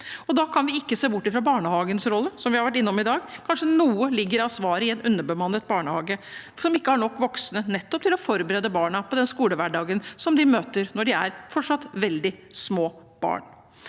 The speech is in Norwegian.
Da kan vi ikke se bort fra barnehagens rolle, som vi også har vært innom i dag. Kanskje ligger noe av svaret i en underbemannet barnehage som ikke har nok voksne til nettopp å forberede barna på den skolehverdagen som de møter når de er – fortsatt – veldig små barn.